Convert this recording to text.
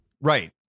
Right